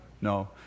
No